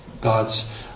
God's